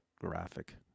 graphic